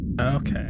Okay